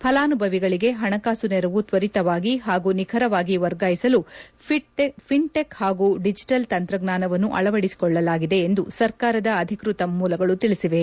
ಫಲಾನುಭವಿಗಳಿಗೆ ಹಣಕಾಸು ನೆರವು ತ್ವರಿತವಾಗಿ ಹಾಗೂ ನಿಖರವಾಗಿ ವರ್ಗಾಯಿಸಲು ಫಿನ್ಟೆಕ್ ಹಾಗೂ ಡಿಜಿಟಲ್ ತಂತ್ರಜ್ಞಾನವನ್ನು ಅಳವಡಿಸಿಕೊಳ್ಳಲಾಗಿದೆ ಎಂದು ಸರ್ಕಾರದ ಅಧಿಕೃತ ಮೂಲಗಳು ತಿಳಿಸಿವೆ